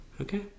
Okay